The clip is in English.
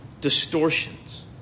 distortions